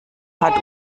hat